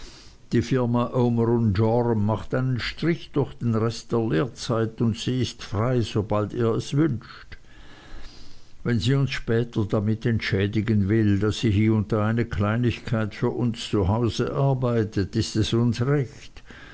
die firma omer joram macht einen strich durch den rest der lehrzeit und sie ist frei sobald ihr es wünscht wenn sie uns später damit entschädigen will daß sie hie und da eine kleinigkeit für uns zu hause arbeitet ist es uns recht